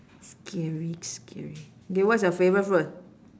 scary scary okay what's your favourite food